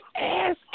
ass